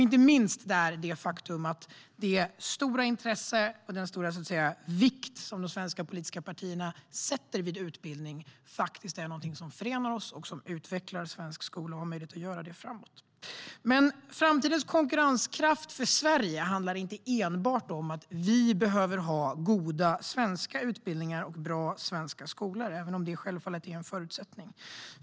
Inte minst är den stora vikt som de svenska politiska partierna tillmäter utbildning något som förenar oss, som utvecklar svensk skola och också har möjlighet att göra det framöver. Framtidens konkurrenskraft för Sverige handlar inte enbart om att vi behöver ha goda svenska utbildningar och bra svenska skolor, även om det självfallet är en förutsättning.